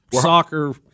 Soccer